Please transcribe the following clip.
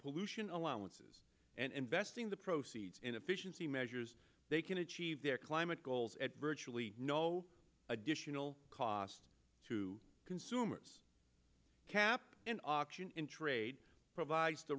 pollution allowances and investing the proceeds in efficiency measures they can achieve their climate goals at virtually no additional cost to consumers kept in auction in trade provides the